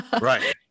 Right